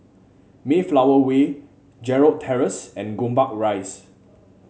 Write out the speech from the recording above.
Mayflower Way Gerald Terrace and Gombak Rise